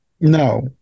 No